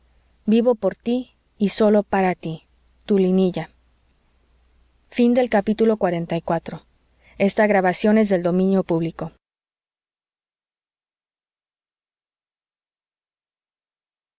vivo por tí y sólo para tí tu linilla xlv